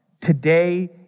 Today